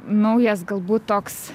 naujas galbūt toks